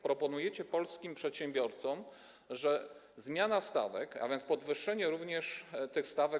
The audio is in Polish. Proponujecie polskim przedsiębiorcom, że zmiana stawek, a więc podwyższenie tych stawek.